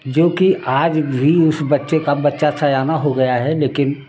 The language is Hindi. जो कि आज भी उस बच्चे का बच्चा सयाना हो गया है लेकिन